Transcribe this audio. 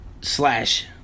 slash